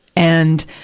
and,